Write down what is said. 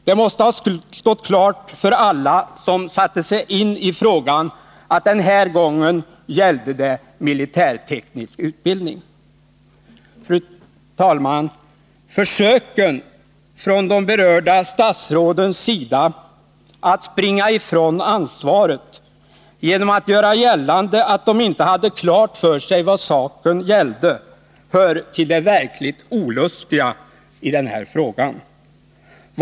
Det måste ha stått klart för alla som satte sig in i frågan att det den här gången gällde militärteknisk utbildning. Fru talman! Försöken från de berörda statsråden att springa ifrån ansvaret genom att vilja göra gällande att de inte hade klart för sig vad saken gällde hör till det verkligt olustiga i den här frågan.